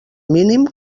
mínim